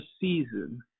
season